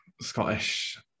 Scottish